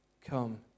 Come